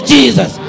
Jesus